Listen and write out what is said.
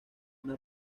una